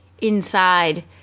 inside